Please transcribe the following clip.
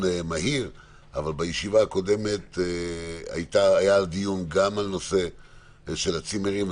מהיר אבל בישיבה הקודמת היה דיון גם על הנושא של הצימרים.